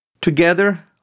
Together